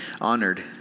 honored